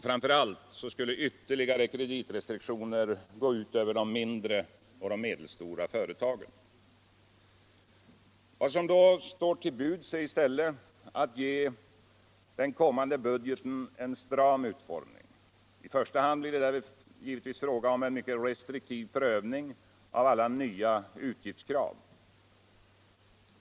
EramHör allt skulle vtterligare kreditrestriktioner gå ut över de mindre och medelstora företagen. | Vad som då står till buds är i stället att ge den kommande budgeten en stram utformning. I första hand blir det därvid givetvis fråga om en mycket restriktiv prövning av alla nyva utgilftskrav.